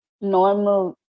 normal